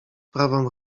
prawą